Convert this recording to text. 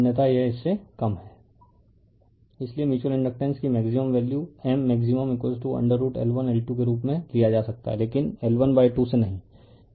refer slide time 3727 इसलिए mutual inductance की maximum value M maximum √L1L2के रूप में लिया जा सकता है लेकिन L1बाय 2 से नहीं